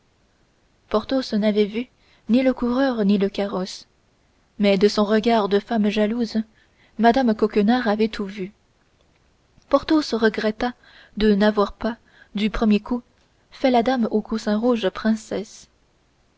porthos n'avait vu ni le coureur ni le carrosse mais de son regard de femme jalouse mme coquenard avait tout vu porthos regretta de n'avoir pas du premier coup fait la dame au coussin rouge princesse